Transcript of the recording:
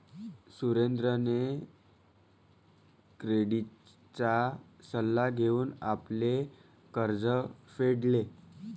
सुरेंद्रने क्रेडिटचा सल्ला घेऊन आपले कर्ज फेडले